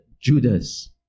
judas